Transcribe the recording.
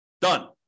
Done